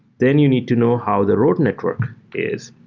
then you need to know how the road network is.